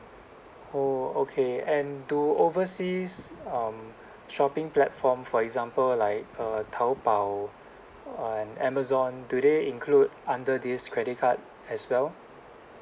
oh okay and do overseas um shopping platform for example like uh taobao uh and amazon do they include under this credit card as well